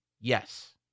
yes